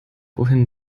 wohin